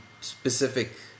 specific